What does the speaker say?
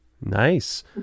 Nice